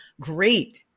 great